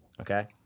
Okay